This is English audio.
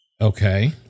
Okay